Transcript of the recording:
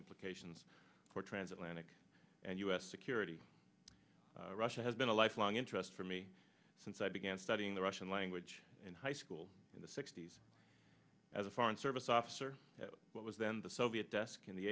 implications for transatlantic and u s security russia has been a lifelong interest for me since i began studying the russian language in high school in the sixty's as a foreign service officer at what was then the soviet desk in the